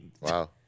Wow